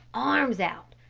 arms out,